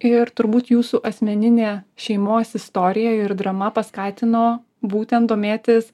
ir turbūt jūsų asmeninė šeimos istorija ir drama paskatino būtent domėtis